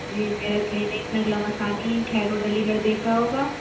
جی میرا clinic Nagla Masani Khair road Aligarh دیکھا ہوگا